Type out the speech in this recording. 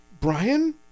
Brian